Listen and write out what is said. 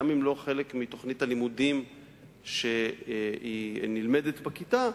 גם אם לא חלק מתוכנית הלימודים שנלמדת בכיתה,